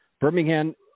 Birmingham